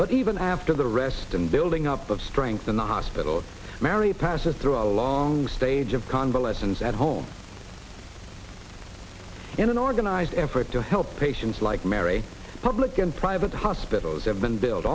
but even after the arrest and building up of strength in the hospital mary passes through a long stage of convalescence at home in an organized effort to help patients like mary public and private hospitals have been built